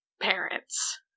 parents